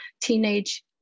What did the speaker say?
teenage